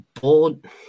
bored